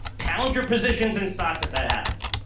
pound your positions and thoughts if that happens.